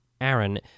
Aaron